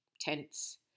tense